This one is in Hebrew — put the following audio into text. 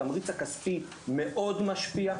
התמריץ הכספי מאוד משפיע,